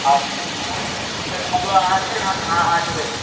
आब कहैके मतलब आहाँ केकरासँ अहाँ अहाँ जेबै